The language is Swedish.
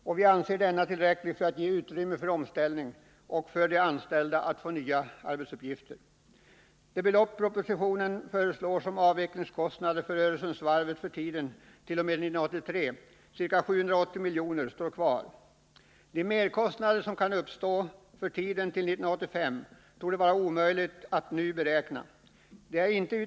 Denna anser vi vara tillräcklig för att det skall kunna finnas utrymme för omställning för de anställda och nya arbetsuppgifter. Kostnaderna för avveckling av Öresundsvarvet— enligt propositionen — för tiden t.o.m. 1983, ca. 780 milj.kr., står kvar. De merkostnader som kan uppstå under tiden fram till 1985 torde vara omöjliga att beräkna f. n.